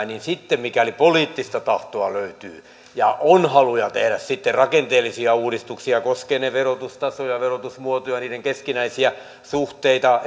niin sitten mikäli poliittista tahtoa löytyy ja on haluja tehdä sitten rakenteellisia uudistuksia koskevat sitten ne verotustasoja verotusmuotoja niiden keskinäisiä suhteita